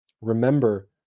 remember